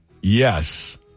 Yes